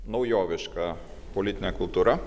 naujoviška politinė kultūra